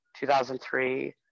2003